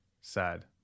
sad